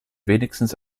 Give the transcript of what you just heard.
wenigstens